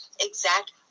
exact